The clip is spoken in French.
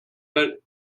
mal